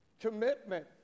commitment